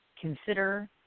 Consider